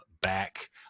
back